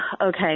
Okay